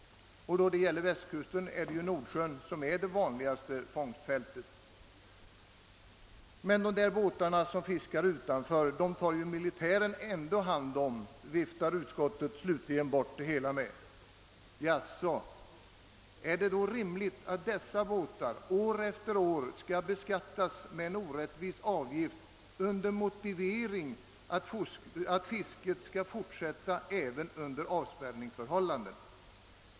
Vad avser Västkusten är ju Nordsjön det vanligaste fångstfältet. De båtar som fiskar utanför svenskt vatten tar militären ändå hand om, viftar utskottet slutligen bort argumenteringen med. Jaså — men är det då rimligt att dessa båtar år efter år skall belastas med en orättvis avgift med motiveringen att fisket skall fortsätta även under avspärrningsförhållanden?